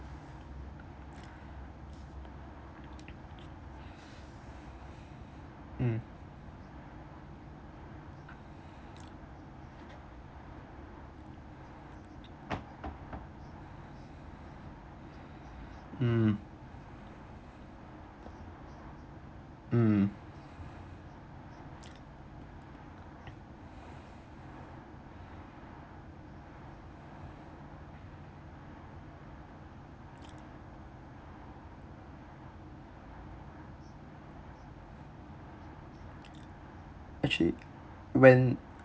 mm mmhmm mmhmm actually when